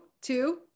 two